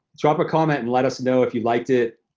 drop a comment and let us know if you liked it,